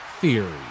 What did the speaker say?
Theory